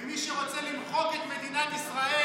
מי שרוצה למחוק את מדינת ישראל,